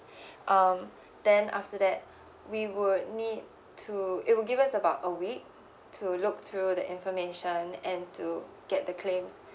um then after that we would need to it will give us about a week to look through the information and to get the claims